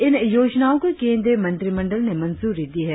इन योजनाओं को केंद्रीय मंत्रिंडल ने मंजूरी दी है